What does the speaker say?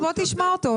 בואו נשמע את משרד